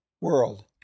world